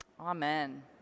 Amen